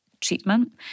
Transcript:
treatment